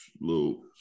Little